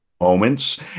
Moments